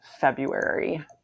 February